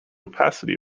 opacity